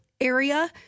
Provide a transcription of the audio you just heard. area